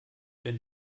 wenn